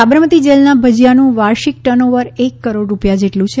સાબરમતી જેલના ભજિયાનું વાર્ષિક ટન ઓવર એક કરોડ રૂપિયા જેટલું છે